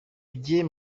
bye